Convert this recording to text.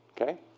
Okay